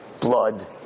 blood